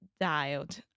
dialed